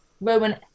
Roman